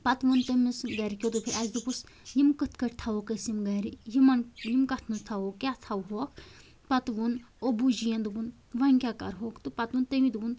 پَتہٕ ووٚن تٔمِس گھرِکیٛو دوٚپُس اسہِ دوٚپُس یِم کٕتھ کٲٹھۍ تھاوہوکھ أسۍ یِم گھرِ یِمَن یِم کَتھ منٛز تھاوو کیٛاہ تھاوہوکھ پَتہٕ ووٚن ابوٗجِین دوٚپُن وۄنۍ کیٛاہ کرہوکھ تہٕ پَتہٕ ووٚن تٔمی دوٚپُن